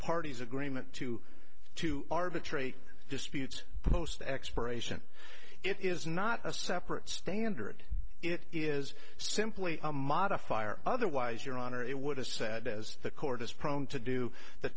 parties agreement to to arbitrate disputes post expiration it is not a separate standard it is simply a modifier otherwise your honor it would have said as the court is prone to do the